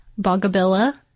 Bogabilla